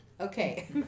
Okay